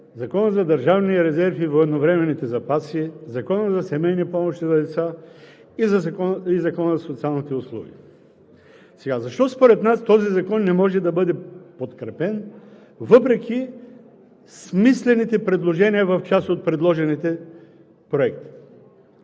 Законът за държавния резерв и военновременните запаси, Законът за семейни помощи за деца и Законът за социалните услуги. Защо според нас този закон не може да бъде подкрепен, въпреки смислените предложения в част от предложените проекти?